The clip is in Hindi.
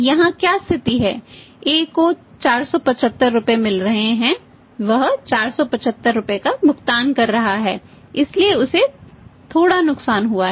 यहाँ क्या स्थिति है A को 475 रुपये मिल रहे हैं वह 475 रुपये का भुगतान कर रहा है इसलिए उसे थोड़ा नुकसान हुआ है